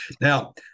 now